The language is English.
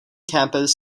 campus